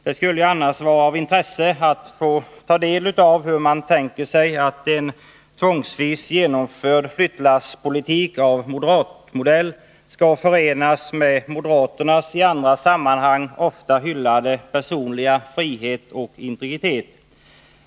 Det skulle ju annars vara av intresse att få ta del av hur man tänker sig att en tvångsvis genomförd flyttlasspolitik av moderatmodell skall förenas med moderaternas i andra sammanhang ofta hyllade personliga frihet och integritet.